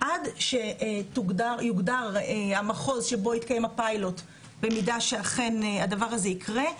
עד שיוגדר המחוז שבו יתקיים הפיילוט במידה ואכן הדבר הזה יקרה,